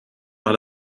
par